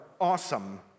awesome